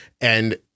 And-